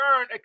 earn